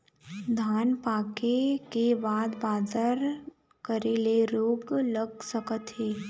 धान पाके के बाद बादल करे ले रोग लग सकथे का?